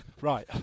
Right